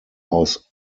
aus